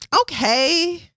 okay